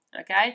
okay